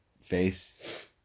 Face